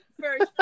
first